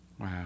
Wow